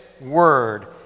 word